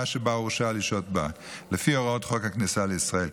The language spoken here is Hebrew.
שבה הורשה לשהות בה לפי הוראות חוק הכניסה לישראל,